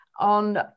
On